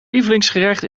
lievelingsgerecht